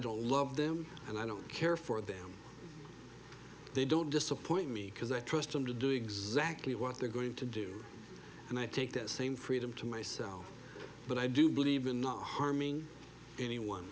love them and i don't care for them they don't disappoint me because i trust them to do exactly what they're going to do and i take that same freedom to myself but i do believe in not harming anyone